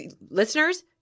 Listeners